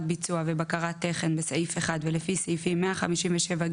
ביצוע" ו-"בקרת תכן" בסעיף 1 ולפי סעיפים 157ג,